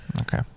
Okay